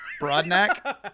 Broadneck